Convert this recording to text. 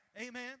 amen